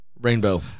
rainbow